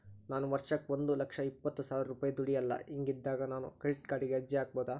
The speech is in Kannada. ನಾನು ವರ್ಷಕ್ಕ ಒಂದು ಲಕ್ಷ ಇಪ್ಪತ್ತು ಸಾವಿರ ರೂಪಾಯಿ ದುಡಿಯಲ್ಲ ಹಿಂಗಿದ್ದಾಗ ನಾನು ಕ್ರೆಡಿಟ್ ಕಾರ್ಡಿಗೆ ಅರ್ಜಿ ಹಾಕಬಹುದಾ?